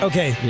Okay